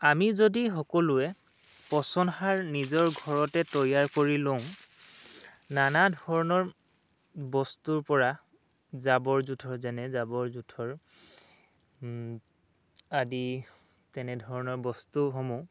আমি যদি সকলোৱে পচন সাৰ নিজৰ ঘৰতে তৈয়াৰ কৰি লওঁ নানা ধৰণৰ বস্তুৰপৰা জাবৰ জোঁথৰ যেনে জাবৰ জোঁথৰ আদি তেনেধৰণৰ বস্তুসমূহ